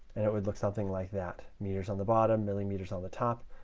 and it would look something like that. meters on the bottom, millimeters on the top.